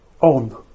on